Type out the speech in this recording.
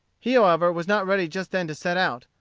he however was not ready just then to set out,